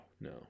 no